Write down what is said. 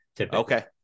okay